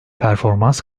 performans